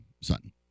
Sutton